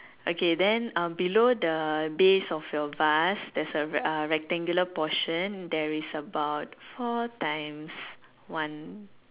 okay then uh below the base of your vase there's a rectangular portion there is about four times one